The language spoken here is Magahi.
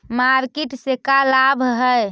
मार्किट से का लाभ है?